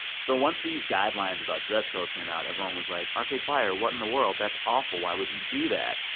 so once these guidelines about dress code came out, everyone was like, arcade fire, what in the world? that's awful. why would you do that?